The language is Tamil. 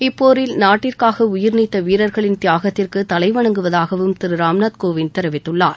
இப்போரில் நாட்டிற்காக உயிர் நீத்த வீரர்களின் தியாகத்திற்கு தலை வணங்குவதாகவும் திரு ராம்நாத் கோவிந்த் தெரிவித்துள்ளார்